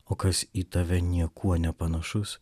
o kas į tave niekuo nepanašus